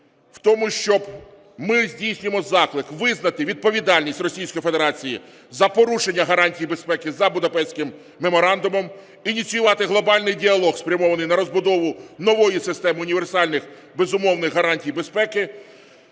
в тому, що ми здійснюємо заклик визнати відповідальність Російської Федерації за порушення гарантії безпеки за Будапештським меморандумом, ініціювати глобальний діалог, спрямований на розбудову нової системи універсальних безумовних гарантій безпеки,